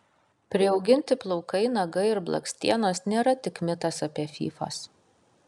priauginti plaukai nagai ir blakstienos nėra tik mitas apie fyfas